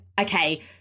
okay